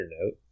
note